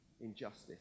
injustice